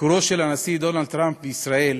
ביקורו של הנשיא דונלד טראמפ בישראל,